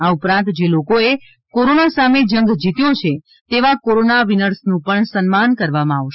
આ ઉપરાંત જે લોકોએ કોરોના સામે જંગ જીત્યો છે તેવા કોરોના વિનર્સનું પણ સન્માન કરવામાં આવશે